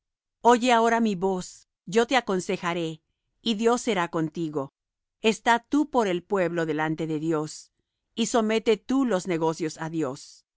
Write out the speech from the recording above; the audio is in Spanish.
oye ahora mi voz yo te aconsejaré y dios será contigo está tú por el pueblo delante de dios y somete tú los negocios á dios